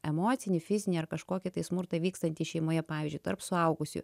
emocinį fizinį ar kažkokį tai smurtą vykstantį šeimoje pavyzdžiui tarp suaugusiųjų